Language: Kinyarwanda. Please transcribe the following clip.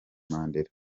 mandela